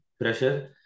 pressure